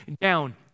down